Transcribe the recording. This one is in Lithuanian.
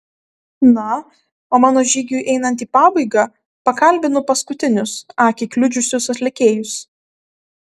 na o mano žygiui einant į pabaigą pakalbinu paskutinius akį kliudžiusius atlikėjus